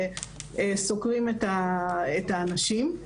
והם סוקרים את האנשים.